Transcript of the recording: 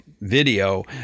video